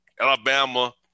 Alabama